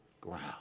ground